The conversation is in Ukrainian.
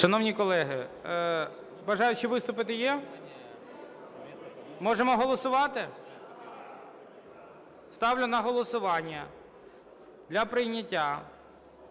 Шановні колеги, бажаючі виступити є? Можемо голосувати? Ставлю на голосування для прийняття